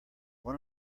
one